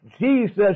Jesus